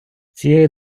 цієї